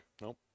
nope